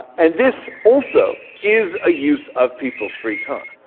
and this also is a use of people's free time,